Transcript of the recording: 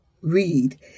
read